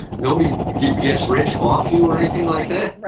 nobody gets rich off you or anything like that,